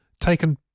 taken